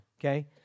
okay